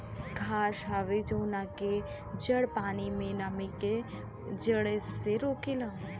घास हवे जवना के जड़ पानी के नमी के उड़े से रोकेला